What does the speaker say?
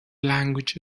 language